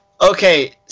Okay